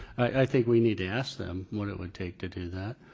i think we need to ask them what it would take to do that.